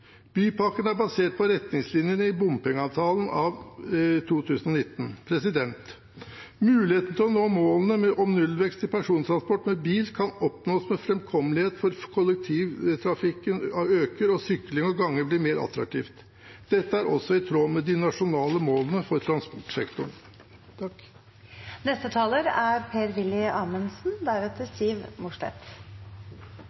retningslinjene i bompengeavtalen av 2019. Muligheten til å nå målene om nullvekst i persontransport med bil kan oppnås ved at framkommeligheten for kollektivtrafikken øker, og at sykling og gange blir mer attraktivt. Dette er også i tråd med de nasjonale målene for transportsektoren.